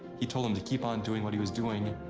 he told him to keep on doing what he was doing,